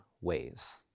ways